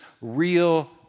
real